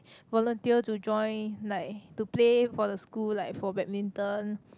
volunteer to join like to play for the school like for badminton